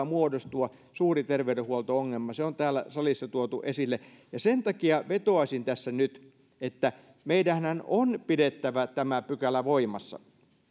muodostua suuri terveydenhuolto ongelma se on täällä salissa tuotu esille sen takia vetoaisin tässä nyt että meidänhän on pidettävä tämä pykälä voimassa